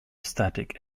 static